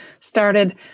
started